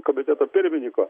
komiteto pirminyko